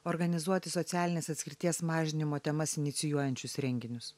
organizuoti socialinės atskirties mažinimo temas inicijuojančius renginius